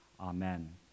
Amen